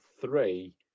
three